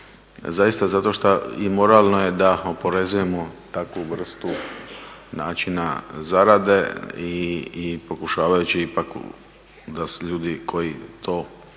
zaista zato što i moralno je da oporezujemo takvu vrstu načina zarade i pokušavajući ipak da ljudi koji to